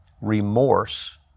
remorse